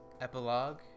epilogue